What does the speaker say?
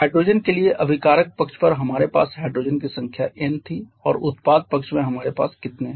hydrogen के लिए अभिकारक पक्ष पर हमारे पास हाइड्रोजन की संख्या n थी और उत्पाद पक्ष में हमारे पास कितने हैं